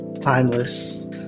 timeless